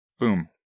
Boom